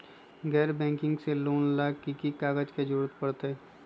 गैर बैंकिंग से लोन ला की की कागज के जरूरत पड़तै?